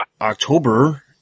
October